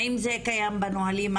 האם זה קיים בנהלים?